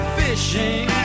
fishing